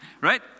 Right